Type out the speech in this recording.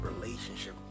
relationship